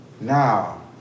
Now